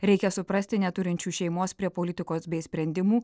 reikia suprasti neturinčių šeimos prie politikos bei sprendimų